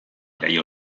jaio